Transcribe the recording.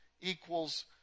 equals